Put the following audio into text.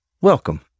welcome